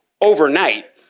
overnight